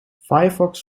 firefox